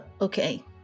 okay